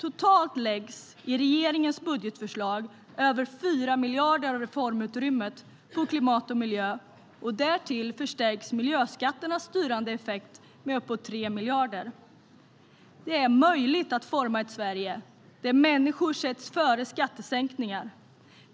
Totalt läggs i regeringens budgetförslag över 4 miljarder av reformutrymmet på klimat och miljö. Därtill förstärks miljöskatternas styrande effekt med uppemot 3 miljarder. Det är möjligt att forma ett Sverige där människor sätts före skattesänkningar.